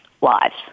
lives